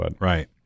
Right